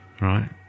Right